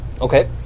Okay